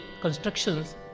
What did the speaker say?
constructions